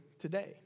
today